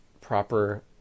proper